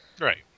Right